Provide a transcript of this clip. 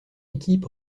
équipe